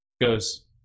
goes